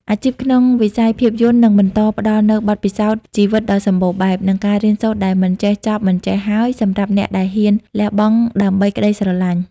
អាជីពក្នុងវិស័យភាពយន្តនឹងបន្តផ្ដល់នូវបទពិសោធន៍ជីវិតដ៏សម្បូរបែប និងការរៀនសូត្រដែលមិនចេះចប់មិនចេះហើយសម្រាប់អ្នកដែលហ៊ានលះបង់ដើម្បីក្ដីស្រឡាញ់។